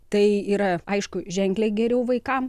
tai yra aišku ženkliai geriau vaikam